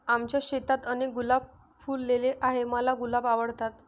आमच्या शेतात अनेक गुलाब फुलले आहे, मला गुलाब आवडतात